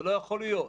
זה לא יכול להיות.